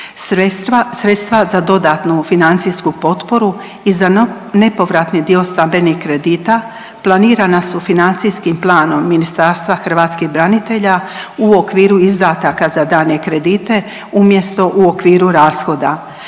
sredstva za dodatnu financijsku potporu i za nepovratni dio stambenih kredita planirana su financijskim planom Ministarstva hrvatskih branitelja u okviru izdataka za daljnje kredite umjesto u okviru rashoda.